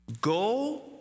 Go